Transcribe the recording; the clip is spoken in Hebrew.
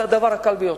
זה הדבר הקל ביותר.